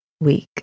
week